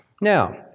Now